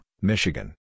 Michigan